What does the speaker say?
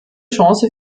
chance